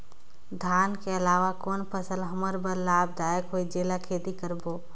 धान के अलावा कौन फसल हमर बर लाभदायक होही जेला खेती करबो?